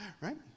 right